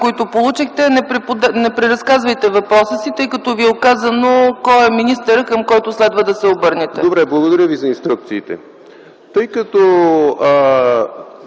които получихте. Не преразказвайте въпроса си, тъй като Ви е указано кой е министърът, към когото следва да се обърнете. ПЕТЪР КУРУМБАШЕВ: Благодаря Ви за инструкциите! Тъй като